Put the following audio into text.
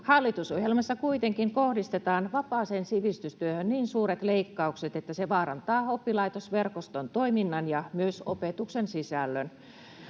Hallitusohjelmassa kuitenkin kohdistetaan vapaaseen sivistystyöhön niin suuret leikkaukset, että se vaarantaa oppilaitosverkoston toiminnan ja myös opetuksen sisällön.